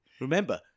Remember